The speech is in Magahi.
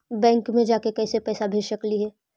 बैंक मे जाके कैसे पैसा भेज सकली हे?